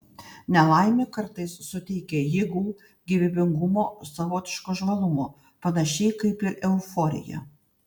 nelaimė kartais suteikia jėgų gyvybingumo savotiško žvalumo panašiai kaip ir euforija